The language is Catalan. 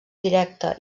directe